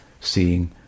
seeing